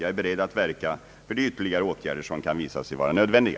Jag är beredd att verka för de ytterligare åtgärder som kan visa sig vara nödvändiga.